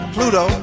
Pluto